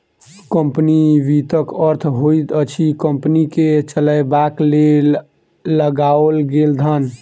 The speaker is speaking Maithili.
कम्पनी वित्तक अर्थ होइत अछि कम्पनी के चलयबाक लेल लगाओल गेल धन